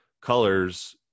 colors